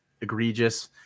egregious